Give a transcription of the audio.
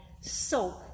soap